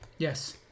Yes